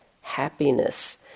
happiness